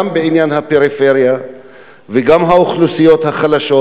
גם את עניין הפריפריה וגם את עניין האוכלוסיות החלשות.